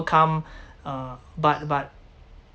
uh but but